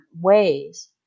ways